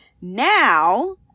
now